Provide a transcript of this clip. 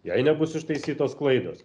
jei nebus ištaisytos klaidos